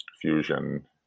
fusion